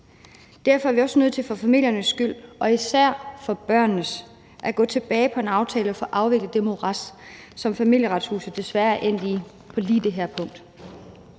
Derfor er vi også nødt til for familiernes skyld og især for børnenes skyld at gå tilbage på en aftale og få afviklet det morads, som Familieretshuset desværre er endt i lige på det her punkt.